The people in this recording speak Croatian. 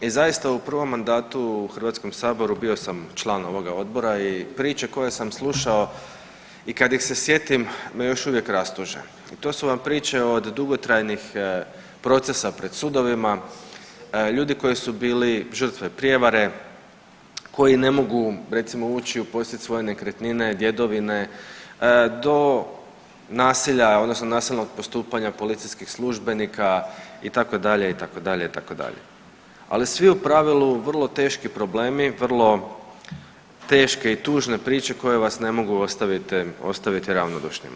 I zaista u prvom mandatu u HS-u bio sam član ovog odbora i priče koje sam slušao i kad ih se sjetim me još uvijek rastuže i to su vam priče od dugotrajnih procesa pred sudovima, ljudi koji su bili žrtve prijevare koji ne mogu recimo ući u posjed svoje nekretnine, djedovine, do nasilja odnosno nasilnog postupanja policijskih službenika itd., itd., itd. ali svi u pravilu vrlo teški problemi, vrlo teške i tužne priče koje vas ne mogu ostaviti ravnodušnima.